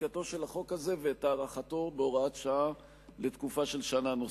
חקיקתו של החוק הזה ואת הארכתו בהוראת שעה לתקופה של שנה נוספת.